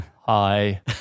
hi